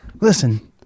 Listen